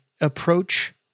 approach